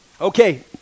Okay